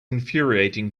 infuriating